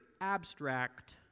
abstract